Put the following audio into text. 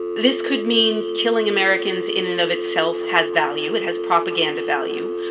this could mean killing americans in and of itself has value. it has propaganda value.